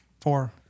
Four